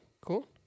cool